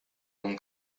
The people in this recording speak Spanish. con